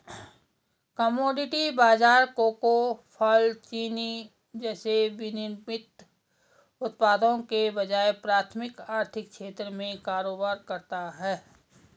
commodity बाजार cocoa, फल, चीनी जैसे विनिर्मित उत्पादों के बजाय प्राथमिक आर्थिक क्षेत्र में कारोबार करता है